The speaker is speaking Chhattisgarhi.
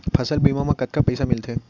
फसल बीमा म कतका पइसा मिलथे?